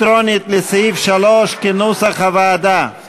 הסתייגות מס' 8 לחלופין, לא.